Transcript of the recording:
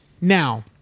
Now